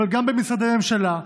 אבל גם במשרדי ממשלה,